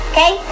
Okay